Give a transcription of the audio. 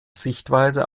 sichtweise